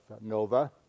NOVA